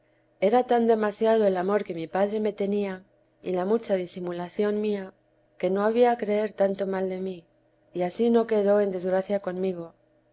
era tan demasiado el amor que mi padre me tenía y la mucha disimulación mía que no había creer tanto mal de mí y ansí no quedó en desgracia conmigo